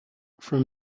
from